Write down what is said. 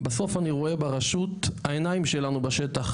בסוף אני רואה ברשות העיניים שלנו בשטח.